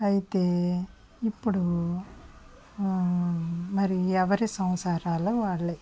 అయితే ఇప్పుడు మరి ఎవరి సంసారాలు వాళ్లయి